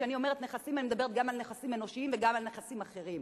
כשאני אומרת "נכסים" אני מדברת גם על נכסים אנושיים וגם על נכסים אחרים,